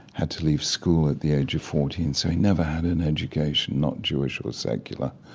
had to leave school at the age of fourteen, so he never had an education not jewish or secular.